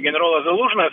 generolas zalužnas